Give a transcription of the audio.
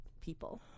people